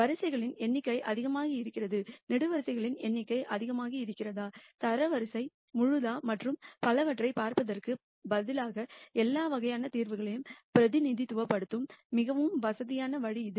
Rouse எண்ணிக்கை அதிகமாக இருக்கிறதா காலம்கள்களின் எண்ணிக்கை அதிகமாக இருக்கிறதா தரவரிசை முழுதா மற்றும் பலவற்றைப் பார்ப்பதற்குப் பதிலாக எல்லா வகையான தீர்வுகளையும் பிரதிநிதித்துவப்படுத்தும் மிகவும் வசதியான வழி இது